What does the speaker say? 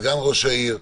סגן ראש העיר,